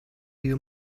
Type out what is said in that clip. you